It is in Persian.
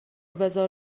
بزار